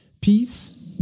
peace